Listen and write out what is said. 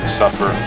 suffer